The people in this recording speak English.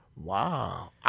Wow